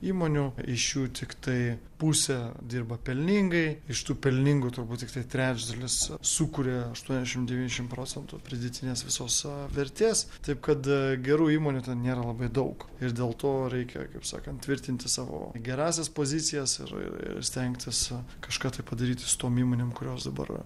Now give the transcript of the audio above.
įmonių iš jų tiktai pusė dirba pelningai iš tų pelningų turbūt tiktai trečdalis sukuria aštuoniasdešimt devyniasdešimt procentų pridėtinės visos vertės taip kada gerų įmonių nėra labai daug ir dėl to reikia kaip sakant tvirtinti savo gerąsias pozicijas ir ir stengtis kažką tai padaryti su tom įmonėm kurios dabar